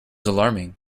alarming